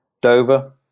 Dover